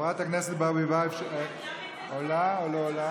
חברת הכנסת ברביבאי עולה או לא עולה?